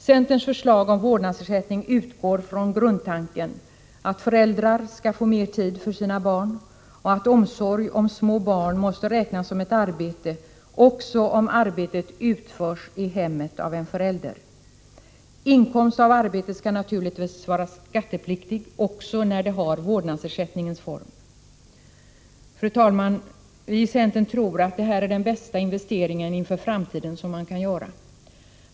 Centerns förslag om vårdnadsersättning utgår från grundtanken att föräldrar skall få mer tid för sina barn och att omsorg om små barn måste räknas som ett arbete, också om arbetet utförs i hemmet av en förälder. Inkomst av arbete skall naturligtvis vara skattepliktig också när den har vårdnadsersättningens form. Fru talman! Vi i centern tror att det här är den bästa investering som man kan göra inför framtiden.